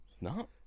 No